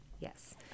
yes